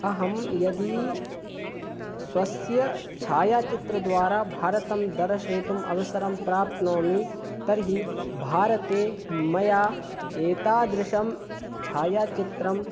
अहं यदि स्वस्य छायाचित्रद्वारा भारतं दर्शयितुम् अवसरं प्राप्नेमि तर्हि भारते मया एतादृशं छायाचित्रं